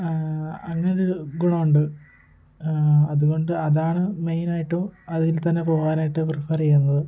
അങ്ങനൊരു ഗുണമുണ്ട് അതുകൊണ്ട് അതാണ് മെയിനായിട്ട് അതിൽതന്നെ പോവാനായിട്ട് പ്രിഫർ ചെയ്യുന്നത്